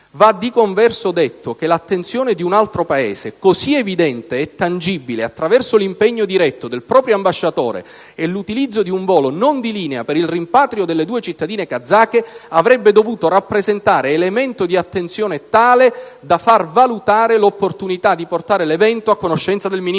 Va di converso detto che l'attenzione di un altro Paese così evidente e tangibile attraverso l'impegno diretto del proprio ambasciatore e l'utilizzo di un volo non di linea per il rimpatrio delle due cittadine kazake, avrebbe dovuto rappresentare elemento di attenzione tale da far valutare l'opportunità di portare l'evento a conoscenza del Ministro